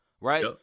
right